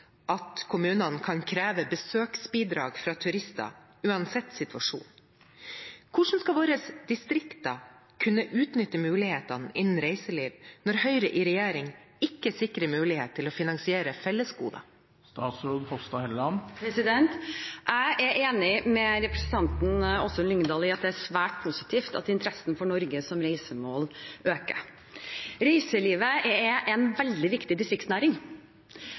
at kommuner kan kreve besøksbidrag fra turister, uansett situasjon. Hvordan skal våre distrikter kunne utnytte mulighetene innen reiseliv når Høyre i regjering ikke sikrer at det er mulig å finansiere fellesgoder?» Jeg er enig med representanten Åsunn Lyngedal i at det er svært positivt at interessen for Norge som reisemål øker. Reiselivet er en veldig viktig distriktsnæring,